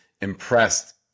impressed